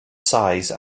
size